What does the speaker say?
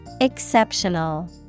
Exceptional